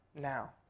now